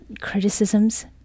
criticisms